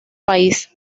país